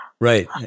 Right